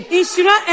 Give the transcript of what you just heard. Insura